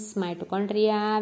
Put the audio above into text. mitochondria